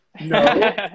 No